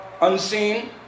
unseen